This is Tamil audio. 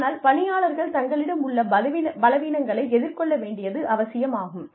ஆனால் பணியாளர்கள் தங்களிடம் உள்ள பலவீனங்களை எதிர்கொள்ள வேண்டியது அவசியமாகும்